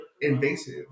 invasive